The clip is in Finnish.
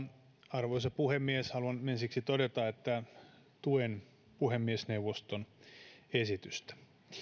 arvoisa puhemies haluan ensiksi todeta että tuen puhemiesneuvoston esitystä